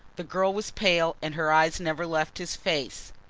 the girl was pale and her eyes never left his face.